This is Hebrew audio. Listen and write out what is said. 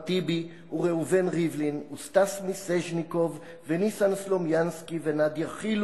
טיבי וראובן ריבלין וסטס מיסז'ניקוב וניסן סלומינסקי ונדיה חילו